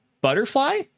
butterfly